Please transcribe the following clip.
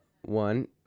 one